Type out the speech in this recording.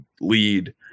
lead